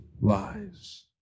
lies